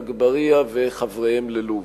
אגבאריה וחבריהם ללוב.